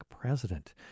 president